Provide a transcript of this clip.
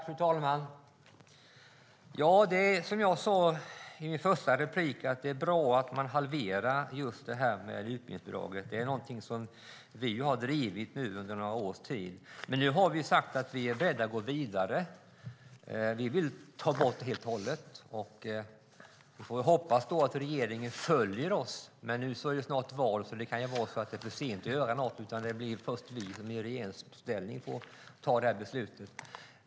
Fru talman! Som jag sade i mitt första inlägg är det bra om man halverar utbildningsbidraget. Det är något som vi nu har drivit under några års tid. Nu har vi sagt att vi är beredda att gå vidare. Vi vill ta bort det helt och hållet. Vi får hoppas att regeringen följer oss. Nu är snart val. Det kan vara så att det är för sent att göra något, utan att det blir vi som i regeringsställning får fatta beslutet.